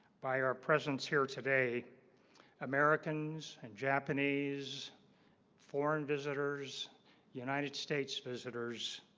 by our presence here today americans and japanese foreign visitors united states visitors